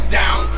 down